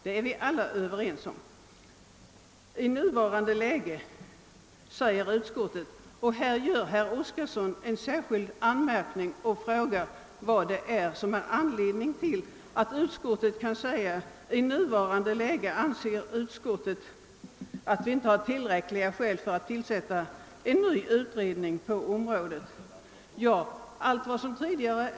: »I nuvarande läge», heter det i utskottsutlåtandet, »anser dock utskottet att tillräckliga skäl saknas för riksdagen att ta initiativ till en utredning med de vittomfattande uppgifter som anges i motionerna.» : Herr Oskarson frågar varför utskottet anser att det förhåller sig på detta sätt »i nuvarande läge».